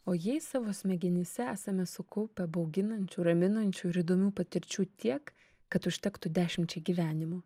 o jei savo smegenyse esame sukaupę bauginančių raminančių ir įdomių patirčių tiek kad užtektų dešimčiai gyvenimų